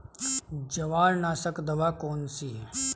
जवार नाशक दवा कौन सी है?